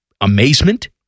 amazement